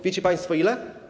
Wiecie państwo ile?